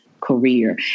career